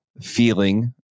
feeling